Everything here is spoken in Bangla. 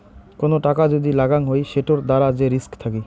কোন টাকা যদি লাগাং হই সেটোর দ্বারা যে রিস্ক থাকি